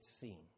seen